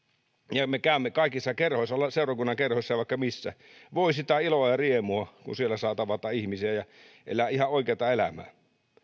ja me käymme kaikissa kerhoissa seurakunnan kerhoissa ja vaikka missä ja voi sitä iloa ja riemua kun siellä saa tavata ihmisiä ja elää ihan oikeata elämää